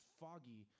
foggy